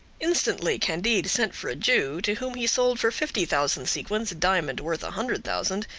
instantly candide sent for a jew, to whom he sold for fifty thousand sequins a diamond worth a hundred thousand,